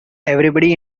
everybody